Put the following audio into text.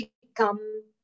become